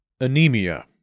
Anemia